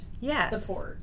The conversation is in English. Yes